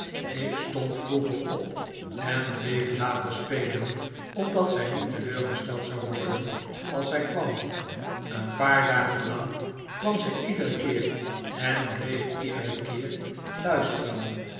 ik stond vroeger op en bleef later spelen opdat zij niet teleurgesteld zou worden als zij kwam een paar dagen lang kwam zij iederen keer en bleef iederen keer luisteren